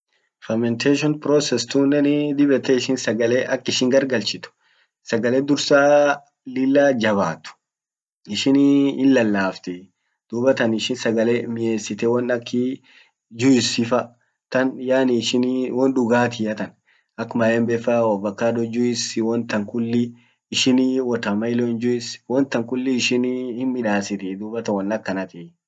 Ferrmentation process tunenii dib yette ishin sagale ak ishin gar galchit sagale dursa lilla jabat ishinii hinlalaftii.dubatan ishin sagale miesite won ak juisifa tan yani ishini won dugatia tan ak maembefa ovacado juice wontan kulli ishini watermelon juice wontan kulli ishinii hinmidasitii dubatan won akkanatii.